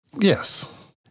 Yes